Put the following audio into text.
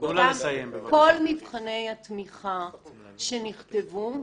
כל מבחני התמיכה שנכתבו,